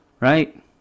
right